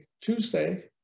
Tuesday